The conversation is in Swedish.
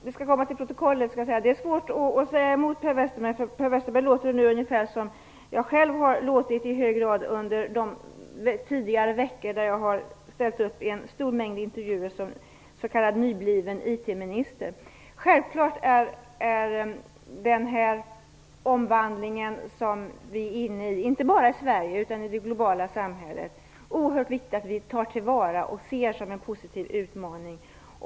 Herr talman! Det är svårt att säga emot Per Westerberg. Han låter nu ungefär som jag själv i hög grad har låtit under tidigare veckor där jag har ställt upp i en stor mängd intervjuer som nybliven s.k. IT Den omvandling som inte bara vi i Sverige är inne i utan som man också i det globala samhället är inne i är det oerhört viktigt att vi tar till vara och ser som en positiv utmaning.